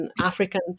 African